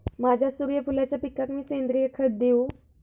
माझ्या सूर्यफुलाच्या पिकाक मी सेंद्रिय खत देवू?